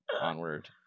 onward